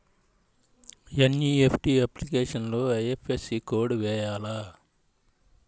NEFT అప్లికేషన్లో IFSC code వేయాలా?